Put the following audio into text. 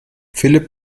philipp